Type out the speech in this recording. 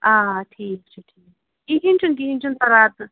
آ ٹھیٖک چھُ ٹھیٖک چھُ کِہیٖنٛۍ چھُنہٕ کِہیٖنٛۍ چھُنہٕ پَرواے آسان